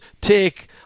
take